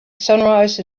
sunrise